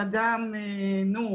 אלא גם סכיזופרניה.